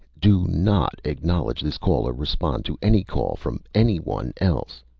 do not acknowledge this call or respond to any call from anyone else!